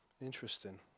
Interesting